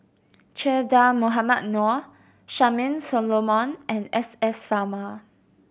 Che Dah Mohamed Noor Charmaine Solomon and S S Sarma